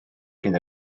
cyn